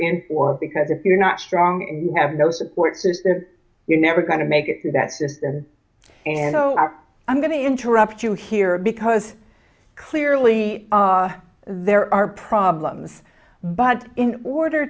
in for because if you're not strong and you have no supports if you're never going to make it through that system and i'm going to interrupt you here because clearly there are problems but in order